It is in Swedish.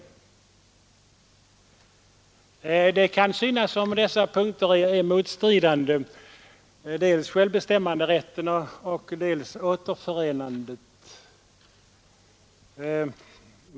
Det kan synas, som om dessa punkter, 4 och 5, är motstridande, dels självbestämmanderätten, dels återförenandet.